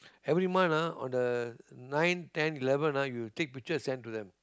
every month ah on the nine ten eleven you take picture send to them